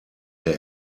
der